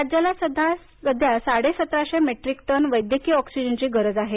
राज्याला सध्या साडे सतराशे मैट्रीक टन वैद्यकीय ऑक्सिजनची गरज आहे